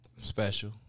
Special